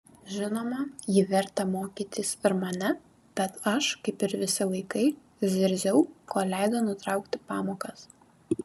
žinoma ji vertė mokytis ir mane bet aš kaip ir visi vaikai zirziau kol leido nutraukti pamokas